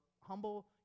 humble